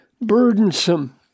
burdensome